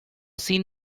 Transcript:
seen